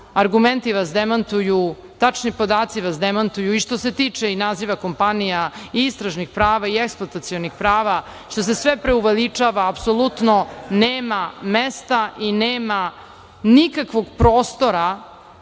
argumenti vas demantuju, tačni podaci vas demantuju, i što se tiče naziva kompanija, i istražnih prava, i eksploatacionih prava, što se sve preuveličava. Apsolutno, nema mesta i nema nikakvog prostora